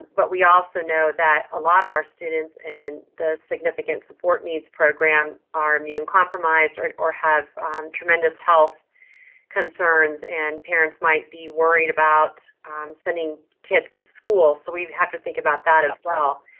but we also know that. a lot of our students and the significant support needs program are immune compromised or and or have tremendous health concerns and parents might be worried about sending kids to school, so we have to think about that as well,